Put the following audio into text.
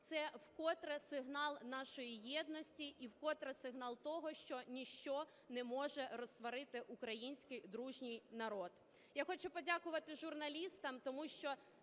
Це вкотре сигнал нашої єдності і вкотре сигнал того, що ніщо не може розсварити український дружній народ.